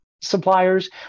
suppliers